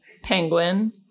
Penguin